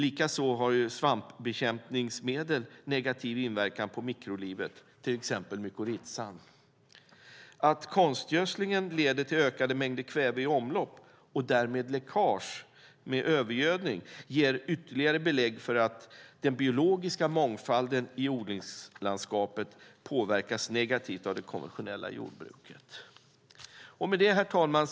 Likaså har svampbekämpningsmedel negativ inverkan på mikrolivet, till exempel mykorrhizan. Att konstgödslingen leder till ökade mängder kväve i omlopp och därmed läckage med övergödning ger ytterligare belägg för att den biologiska mångfalden i odlingslandskapet påverkas negativt av det konventionella jordbruket. Herr talman!